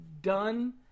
done